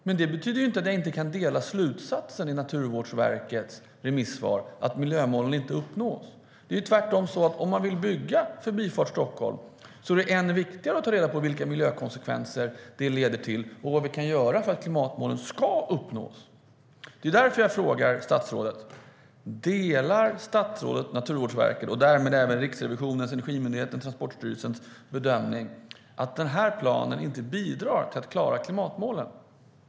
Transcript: Men det betyder inte att jag inte kan dela slutsatsen i Naturvårdsverkets remissvar, att miljömålen inte uppnås. Det är tvärtom så att om man vill bygga Förbifart Stockholm är det ännu viktigare att ta reda på vilka miljökonsekvenser det leder till och vad vi kan göra för att klimatmålen ska uppnås. Det är därför jag frågar statsrådet: Delar statsrådet Naturvårdsverkets och därmed även Riksrevisionens, Energimyndighetens och Transportstyrelsens bedömning att den här planen inte bidrar till att klara klimatmålen?